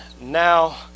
now